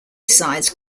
sides